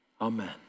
amen